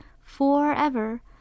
forever